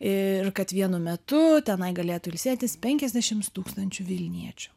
ir kad vienu metu tenai galėtų ilsėtis penkiasdešimt tūkstančių vilniečių